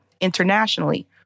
internationally